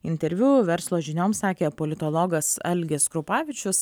interviu verslo žinioms sakė politologas algis krupavičius